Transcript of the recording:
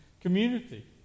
community